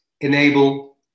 enable